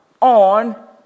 on